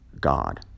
god